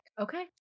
Okay